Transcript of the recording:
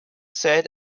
said